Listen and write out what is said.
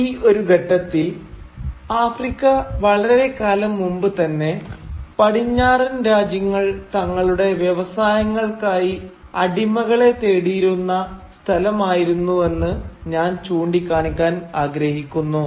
ഈ ഒരു ഘട്ടത്തിൽ ആഫ്രിക്ക വളരെക്കാലം മുമ്പ് തന്നെ പടിഞ്ഞാറൻ രാജ്യങ്ങൾ തങ്ങളുടെ വ്യവസായങ്ങൾക്കായി അടിമകളെ തേടിയിരുന്ന സ്ഥലമായിരുന്നുവെന്ന് ഞാൻ ചൂണ്ടിക്കാണിക്കാൻ ആഗ്രഹിക്കുന്നു